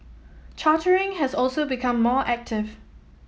chartering has also become more active